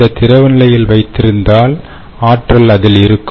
அதே திரவ நிலையில் வைத்திருந்தால் ஆற்றல் அதிலிருக்கும்